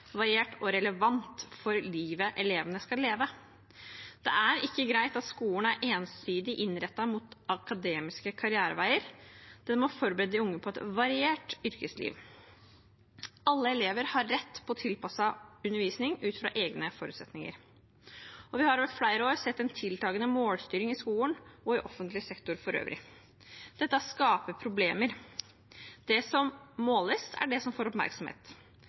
variert og relevant for livet elevene skal leve. Det er ikke greit at skolen er ensidig innrettet mot akademiske karriereveier, den må forberede de unge på et variert yrkesliv. Alle elever har rett på tilpasset undervisning ut fra egne forutsetninger. Vi har over flere år sett en tiltakende målstyring i skolen og i offentlig sektor for øvrig. Dette skaper problemer. Det som måles, er det som får oppmerksomhet.